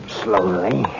slowly